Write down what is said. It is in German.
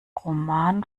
roman